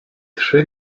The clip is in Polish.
trzy